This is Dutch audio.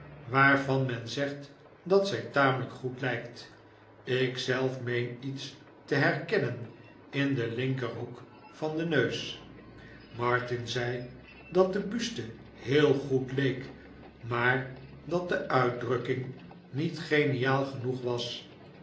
waarvan men zegt dat zij tamelijk goed lijkt ik zelf meen lets te herkennen in den iinkerhoek van den neus martin zei dat de buste heel goed leek maar dat de uitdrukking niet geniaal genoeg was